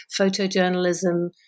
photojournalism